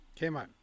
Kmart